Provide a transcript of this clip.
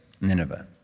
Nineveh